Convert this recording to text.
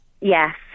Yes